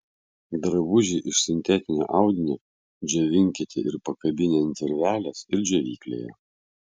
drabužį iš sintetinio audinio džiovinkite ir pakabinę ant virvelės ir džiovyklėje